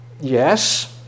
Yes